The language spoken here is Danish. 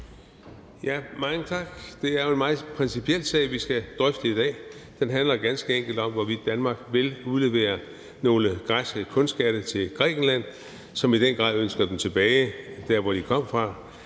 Mange tak. Det er jo en meget principiel sag, vi skal drøfte i dag. Den handler ganske enkelt om, hvorvidt Danmark vil udlevere nogle græske kunstskatte til Grækenland, som i den grad ønsker dem tilbage til der, hvor de kom fra,